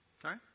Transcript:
Sorry